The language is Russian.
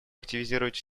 активизировать